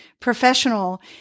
professional